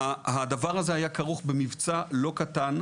הדבר הזה היה כרוך במבצע לא קטן,